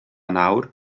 nawr